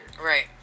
Right